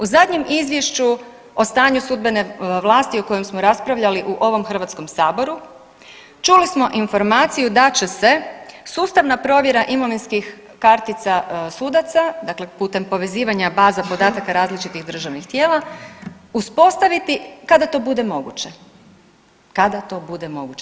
U zadnjem izvješću o stanju sudbene vlasti o kojem smo raspravljali u ovom Hrvatskom saboru čuli smo informaciju da će se sustavna provjera imovinskih kartica sudaca, dakle putem povezivanja baza podataka različitih državnih tijela uspostaviti kada to bude moguće, kada to bude moguće.